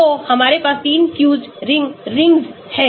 तो हमारे पास 3 fused rings rings हैं